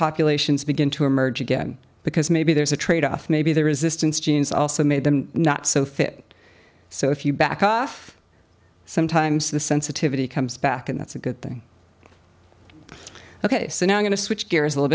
populations begin to emerge again because maybe there's a tradeoff maybe the resistance genes also made them not so fit so if you back off sometimes the sensitivity comes back and that's a good thing ok so now i'm going to switch gears a little